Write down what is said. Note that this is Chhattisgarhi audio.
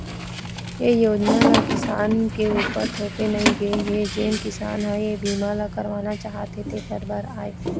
ए योजना ल किसान के उपर थोपे नइ गे हे जेन किसान ह ए बीमा ल करवाना चाहथे तेखरे बर आय